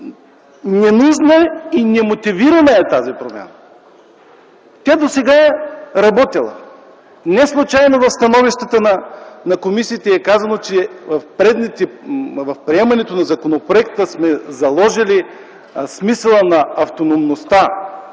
ненужна и немотивирана. Тя досега е работила. Неслучайно в становищата на комисиите е казано, че в приемането на законопроекта сме заложили смисъла на автономността,